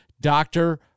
doctor